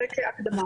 זו כהקדמה.